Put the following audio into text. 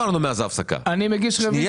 אני מגיש רביזיה.